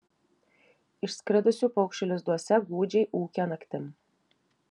išskridusių paukščių lizduose gūdžiai ūkia naktim